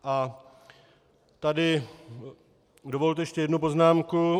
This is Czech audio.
A tady dovolte ještě jednu poznámku.